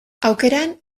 aukeran